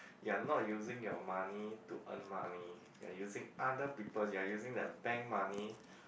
you are not using your money to earn money you are using other people you are using the bank money